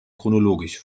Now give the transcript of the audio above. chronologisch